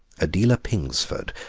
adela pingsford,